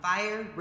Fire